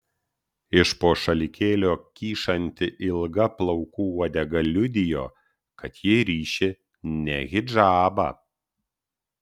iš po šalikėlio kyšanti ilga plaukų uodega liudijo kad ji ryši ne hidžabą